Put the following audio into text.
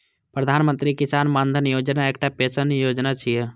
प्रधानमंत्री किसान मानधन योजना एकटा पेंशन योजना छियै